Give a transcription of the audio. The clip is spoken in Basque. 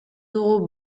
dugu